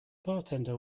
bartender